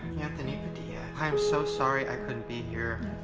anthony padilla, ah i'm so sorry i couldn't be here.